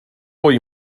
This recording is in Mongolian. гоё